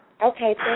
Okay